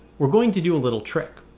we're going to do a little trick.